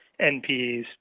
NPEs